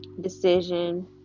decision